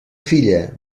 filla